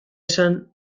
esan